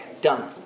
Done